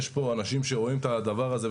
יש פה אנשים שרואים את הדבר הזה,